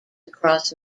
across